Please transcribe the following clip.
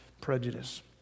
prejudice